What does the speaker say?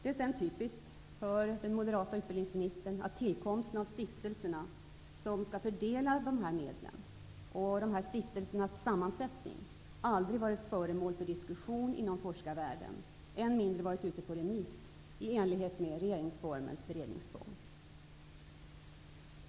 Det är sedan typiskt för den moderate utbildningsministern att tillkomsten av stiftelserna, som skall fördela dessa medel, och dessa stiftelsers sammansättning aldrig har varit föremål för diskussion inom forskarvärlden, än mindre har varit ute på remiss i enlighet med regeringsformens beredningstvång.